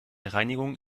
reinigung